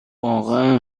واقعا